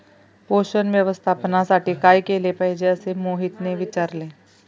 पोषण व्यवस्थापनासाठी काय केले पाहिजे असे मोहितने विचारले?